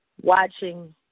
watching